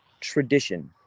tradition